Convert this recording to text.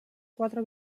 quatre